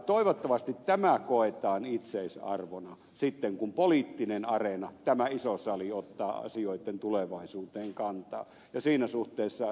toivottavasti tämä koetaan itseisarvona sitten kun poliittinen areena tämä iso sali ottaa asioitten tulevaisuuteen kantaa ja siinä suhteessa ed